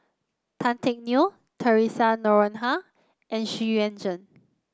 Tan Teck Neo Theresa Noronha and Xu Yuan Zhen